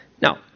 Now